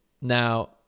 Now